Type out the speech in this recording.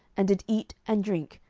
and did eat and drink,